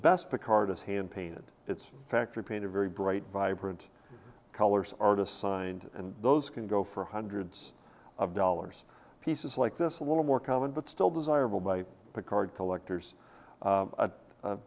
best picard is hand painted it's factory paint a very bright vibrant colors artist signed and those can go for hundreds of dollars pieces like this a little more common but still desirable by the card collectors